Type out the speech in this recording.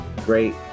great